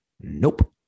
nope